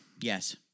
Yes